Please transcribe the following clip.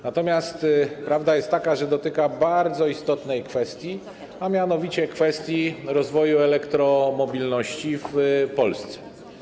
Natomiast prawda jest taka, że dotyka się tu bardzo istotnej kwestii, a mianowicie kwestii rozwoju elektromobilności w Polsce.